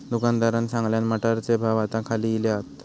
दुकानदारान सांगल्यान, मटारचे भाव आता खाली इले हात